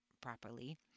properly